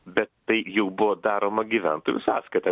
bet tai jau buvo daroma gyventojų sąskaita